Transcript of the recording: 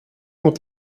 mot